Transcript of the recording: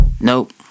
Nope